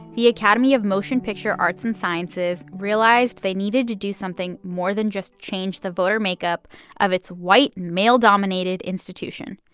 the academy of motion picture arts and sciences realized they needed to do something more than just change the voter makeup of its white male-dominated institution.